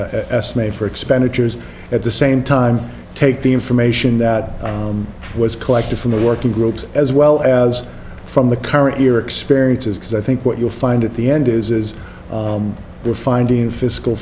estimate for expenditures at the same time take the information that was collected from the working groups as well as from the current year experiences because i think what you'll find at the end is is we're finding in fiscal